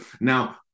Now